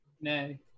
Nay